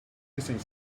missing